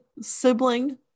sibling